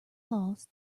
lost